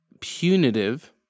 punitive